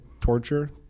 torture